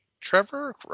Trevor